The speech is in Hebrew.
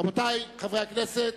רבותי חברי הכנסת,